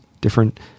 different